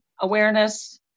awareness